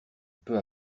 peu